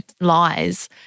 lies